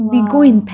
!wow!